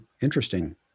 interesting